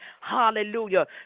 hallelujah